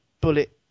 bullet